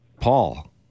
Paul